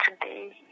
today